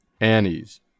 Annie's